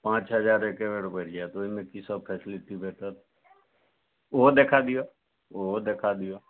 पाँच हजार एके बेर बढ़ि जायत ओहिमे की सब फैसिलिटी भेटत ओहो देखा दिअ ओहो देखा दिअ